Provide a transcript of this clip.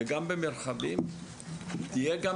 וגם במרחבים, תהיה גם